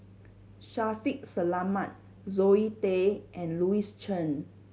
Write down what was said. Shaffiq Selamat Zoe Tay and Louis Chen